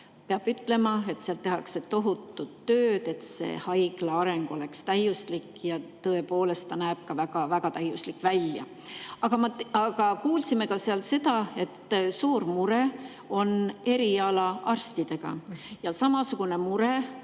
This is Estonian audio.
Peab ütlema, et seal tehakse tohutut tööd, et haigla areng oleks täiuslik, ja tõepoolest see näeb ka väga-väga täiuslik välja. Aga kuulsime seal ka seda, et suur mure on erialaarstidega, ja samasugune mure,